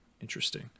Interesting